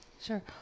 Sure